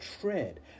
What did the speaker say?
tread